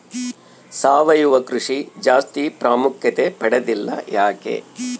ಸಾವಯವ ಕೃಷಿ ಜಾಸ್ತಿ ಪ್ರಾಮುಖ್ಯತೆ ಪಡೆದಿಲ್ಲ ಯಾಕೆ?